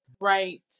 right